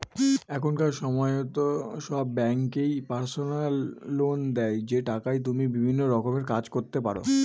এখনকার সময়তো সব ব্যাঙ্কই পার্সোনাল লোন দেয় যে টাকায় তুমি বিভিন্ন রকমের কাজ করতে পারো